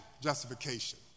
justification